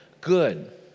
good